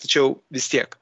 tačiau vis tiek